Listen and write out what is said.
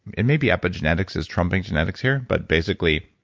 it may be epigenetics is trumping genetics here, but basically,